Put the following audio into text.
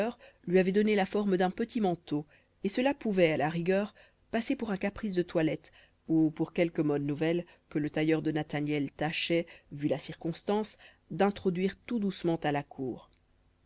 lui avait donné la forme d'un petit manteau et cela pouvait à la rigueur passer pour un caprice de toilette ou pour quelque mode nouvelle que le tailleur de nathaniel tâchait vu la circonstance d'introduire tout doucement à la cour